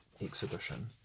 exhibition